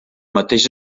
mateix